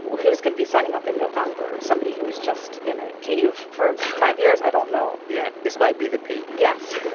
who's going to be signing up in november, somebody who's just in a cave for five years? i don't know yeah, this might be the peak yes yeah.